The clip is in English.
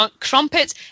Crumpets